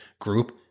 group